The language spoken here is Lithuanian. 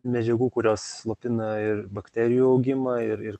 medžiagų kurios slopina ir bakterijų augimą ir ir